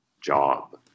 job